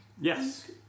Yes